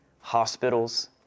Hospitals